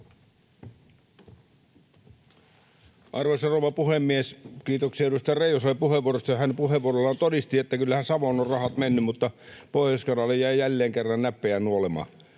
Arvoisa rouva puhemies! Kiitoksia edustaja Reijoselle puheenvuorosta. Hän puheenvuorollaan todisti, että kyllähän Savoon ovat rahat menneet, mutta Pohjois-Karjala jäi jälleen kerran näppejään nuolemaan.